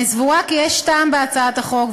אני סבורה כי יש טעם בהצעת החוק,